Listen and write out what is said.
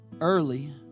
early